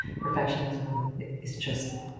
perfectionism is just,